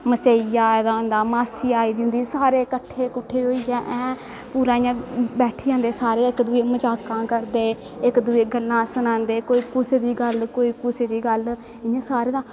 मसेइया आए दा होंदा मासी आई दी होंदी सारे कट्ठे कुट्ठे होइयै ऐं पूरा इ'यां बैठी जंदे सारे इक दूए गी मजाकां करदे इक दूए गी गल्लां सनांदे कोई कुसै दी गल्ल कोई कुसै दी गल्ल इ'यां सारें दा